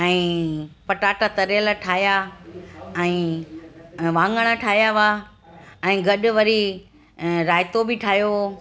ऐं पटाटा तरियलु ठाहिया ऐं वांगण ठाहिया हुआ ऐं गॾ वरी ऐं रायतो बि ठाहियो